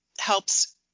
helps